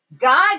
God